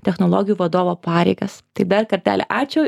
technologijų vadovo pareigas tai dar kartelį ačiū